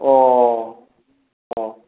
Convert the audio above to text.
अ अ